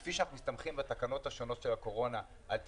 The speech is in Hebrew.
כפי שאנחנו מסתמכים בתקנות השונות של הקורונה על תצהירים,